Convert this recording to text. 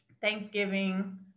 Thanksgiving